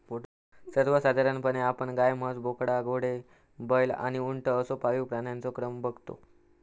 सर्वसाधारणपणे आपण गाय, म्हस, बोकडा, घोडो, बैल आणि उंट असो पाळीव प्राण्यांचो क्रम बगतो